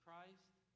Christ